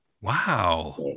Wow